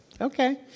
Okay